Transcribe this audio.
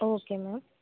okay ma'am